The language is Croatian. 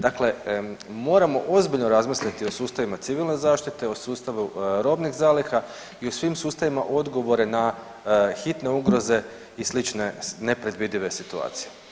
Dakle moramo ozbiljno razmisliti o sustavima civilne zaštite, o sustavu robnih zaliha i u svim sustavima odgovore na hitne ugroze i slične nepredvidive situacije.